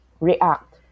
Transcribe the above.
react